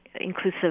inclusive